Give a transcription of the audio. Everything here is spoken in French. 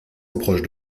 reproche